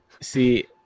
see